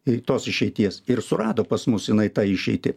kitos išeities ir surado pas mus jinai tą išeitį